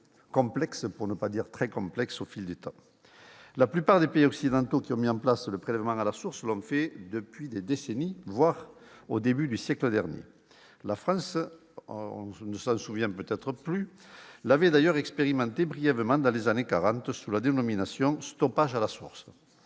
complexe, pour ne pas dire très complexe, au fil du temps ? La plupart des pays occidentaux ayant mis en place le prélèvement à la source l'ont fait depuis des décennies, voire au début du siècle dernier. La France l'avait d'ailleurs expérimenté brièvement dans les années 1940 sous la dénomination « stoppage à la source ».